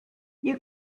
you